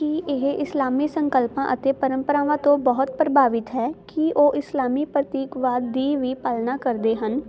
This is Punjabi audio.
ਕੀ ਇਹ ਇਸਲਾਮੀ ਸੰਕਲਪਾਂ ਅਤੇ ਪਰੰਪਰਾਵਾਂ ਤੋਂ ਬਹੁਤ ਪ੍ਰਭਾਵਿਤ ਹੈ ਕੀ ਉਹ ਇਸਲਾਮੀ ਪ੍ਰਤੀਕਵਾਦ ਦੀ ਵੀ ਪਾਲਣਾ ਕਰਦੇ ਹਨ